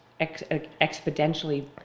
exponentially